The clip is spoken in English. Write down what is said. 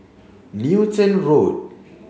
Newton Road